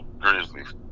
Grizzlies